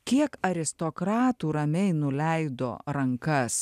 kiek aristokratų ramiai nuleido rankas